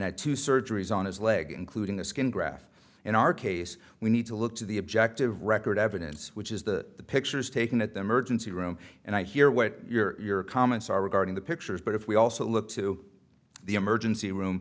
that two surgeries on his leg including the skin graph in our case we need to look to the objective record evidence which is the pictures taken at them urgency room and i hear what your comments are regarding the pictures but if we also look to the emergency room